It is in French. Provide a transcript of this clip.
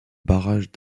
barrage